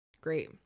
great